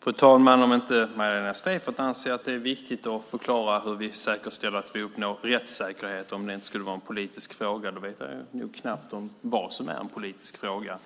Fru talman! Om inte Magdalena Streijffert anser att det är viktigt att förklara hur vi säkerställer att vi uppnår rättssäkerhet, om det inte skulle vara en politisk fråga, vet jag knappt vad som är en politisk fråga.